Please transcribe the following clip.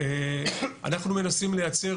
אנחנו מנסים לייצר